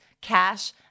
cash